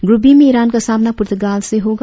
group B में Iran का सामना पुर्तगाल से होगा